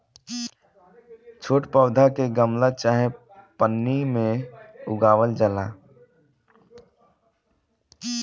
छोट पौधा के गमला चाहे पन्नी में उगावल जाला